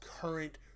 current